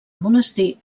monestir